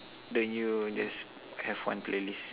don't you just have one playlist